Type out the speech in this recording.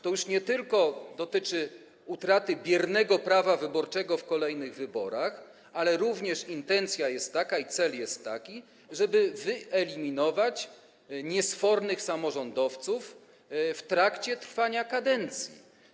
To już nie tylko dotyczy utraty biernego prawa wyborczego w kolejnych wyborach, ale również intencja jest taka i cel jest taki, żeby wyeliminować niesfornych samorządowców w trakcie trwania kadencji.